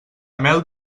mel